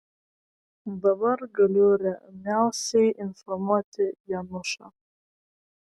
dabar galiu ramiausiai informuoti janušą